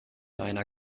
einer